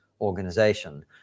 organization